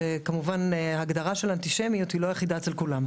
שכמובן ההגדרה של אנטישמיות לא אחידה אצל כולם,